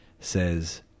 says